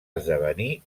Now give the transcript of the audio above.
esdevenir